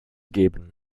geben